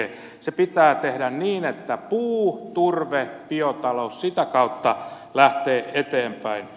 se pitää tehdä niin että puu turve biotalous sitä kautta lähteä eteenpäin